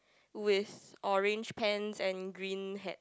with orange pants and green hat